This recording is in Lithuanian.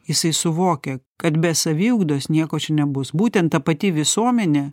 jisai suvokia kad be saviugdos nieko čia nebus būtent ta pati visuomenė